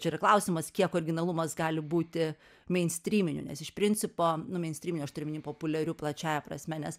čia yra klausimas kiek originalumas gali būti meinstryminiu nes iš principo nu meinstryminiu aš turiu omeny populiariu plačiąja prasme nes